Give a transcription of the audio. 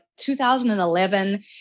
2011